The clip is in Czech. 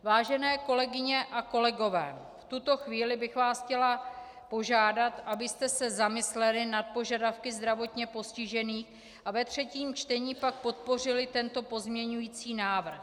Vážené kolegyně a kolegové, v tuto chvíli bych vás chtěla požádat, abyste se zamysleli nad požadavky zdravotně postižených a ve třetím čtení pak podpořili tento pozměňovací návrh.